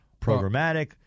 programmatic